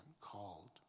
called